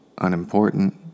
unimportant